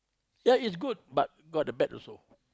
ya is good but got the bad also